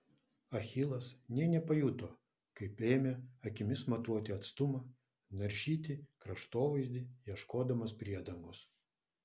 achilas nė nepajuto kaip ėmė akimis matuoti atstumą naršyti kraštovaizdį ieškodamas priedangos